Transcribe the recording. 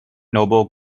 noble